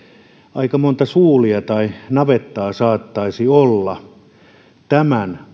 aika monta suulia ja navettaa saattaisi olla tämän